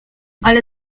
ale